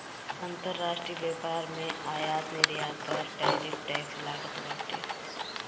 अंतरराष्ट्रीय व्यापार में आयात निर्यात पअ टैरिफ टैक्स लागत बाटे